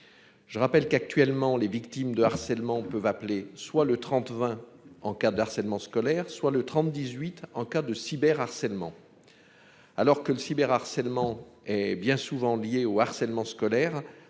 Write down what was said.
Je rappelle qu'actuellement, les victimes de harcèlement peuvent appeler soit le 30 20 en cas de harcèlement scolaire soit le 30 18 en cas de cyber harcèlement. Alors que le cyberharcèlement et bien souvent liés au harcèlement scolaire.